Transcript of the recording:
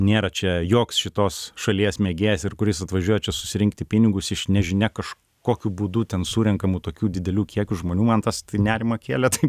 nėra čia joks šitos šalies mėgėjas ir kuris atvažiuoja čia susirinkti pinigus iš nežinia kažkokiu būdu ten surenkamų tokių didelių kiekių žmonių man tas tai nerimą kėlė tai